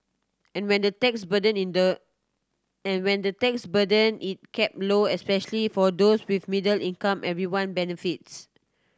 and when the tax burden in the and when the tax burden is kept low especially for those with middle income everyone benefits